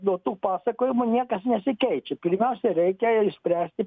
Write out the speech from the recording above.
nuo tų pasakojimų niekas nesikeičia pirmiausia reikia išspręsti